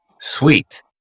sweet